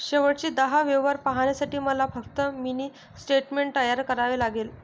शेवटचे दहा व्यवहार पाहण्यासाठी मला फक्त मिनी स्टेटमेंट तयार करावे लागेल